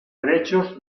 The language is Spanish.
derechos